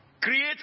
create